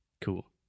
Cool